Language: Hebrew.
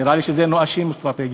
נראה לי שזה נואשים אסטרטגיים,